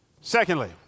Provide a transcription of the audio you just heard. Secondly